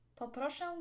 Poproszę